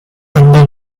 under